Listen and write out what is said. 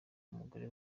umugore